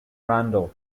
randall